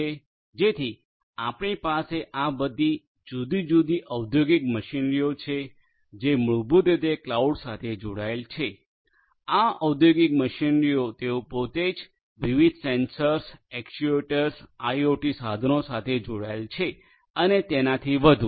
જેથી આપણી પાસે આ બધી જુદી જુદી ઔદ્યોગિક મશીનરીઓ છે જે મૂળભૂત રીતે ક્લાઉડ સાથે જોડાયેલ છે આ ઔદ્યોગિક મશીનરીઓ તેઓ પોતે જ વિવિધ સેન્સર એક્ટ્યુએટર્સ આઇઓટી સાધનો સાથે જોડાયેલા છે અને તેનાથી વધુ